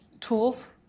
tools